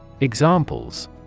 Examples